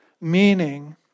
Meaning